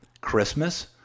Christmas